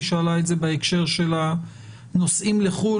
היא שאלה את זה בהקשר של הנוסעים לחו"ל